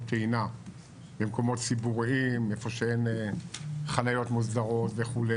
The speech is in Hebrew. טעינה במקומות ציבוריים איפה שאין חניות מוסדרות וכו',